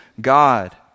God